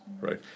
right